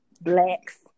Blacks